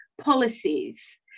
policies